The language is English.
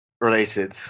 related